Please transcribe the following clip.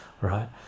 right